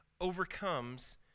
overcomes